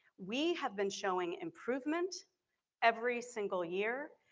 we have been showing improvement every single year.